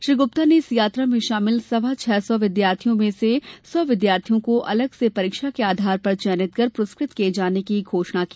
श्री गुप्ता ने इस यात्रा में शामिल सवा छह सौ विद्यार्थियों में से सौ विद्यार्थियों को अलग से परीक्षा के आधार पर चयनित कर पुरस्कृत किये जाने की भी घोषणा की